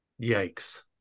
Yikes